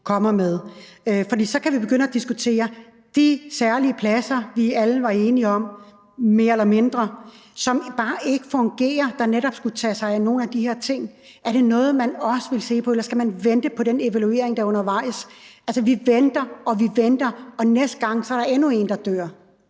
For så kan vi begynde at diskutere de særlige pladser, som vi alle sammen mere eller mindre var enige om, og som netop skulle tage sig af nogle af de her ting, men som bare ikke fungerer. Er det noget, man også vil se på, eller skal man vente på den evaluering, der er undervejs? Altså, vi venter, og vi venter, og næste gang er der endnu en, der dør.